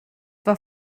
war